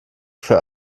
für